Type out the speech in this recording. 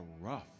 rough